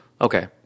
okay